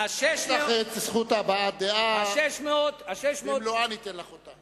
זכות הבעת הדעה ניתן לך אותה במלואה.